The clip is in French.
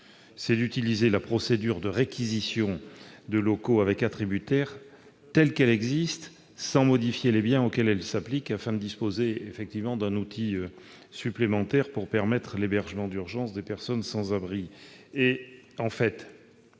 est d'utiliser la procédure de réquisition de locaux avec attributaire telle qu'elle existe et sans modifier les biens auxquels elle s'applique, afin de disposer effectivement d'un outil supplémentaire pour permettre l'hébergement d'urgence des personnes sans abri.